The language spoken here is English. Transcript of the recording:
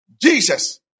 Jesus